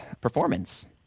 performance